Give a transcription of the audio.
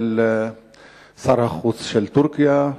שר החוץ של טורקיה,